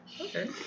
Okay